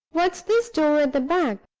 what's this door at the back?